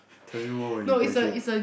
tell me more when you graduate